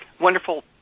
wonderful